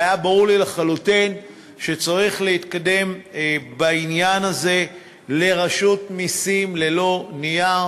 והיה ברור לי לחלוטין שצריך להתקדם בעניין הזה לרשות מסים ללא נייר,